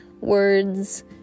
words